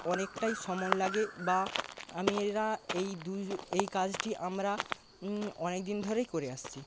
অনেকটাই সময় লাগে বা এই দু এই কাজটি আমরা অনেকদিন ধরেই করে আসছি